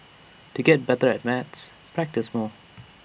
to get better at maths practise more